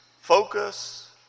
focus